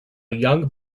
young